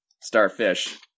Starfish